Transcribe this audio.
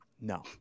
No